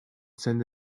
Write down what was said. send